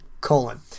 colon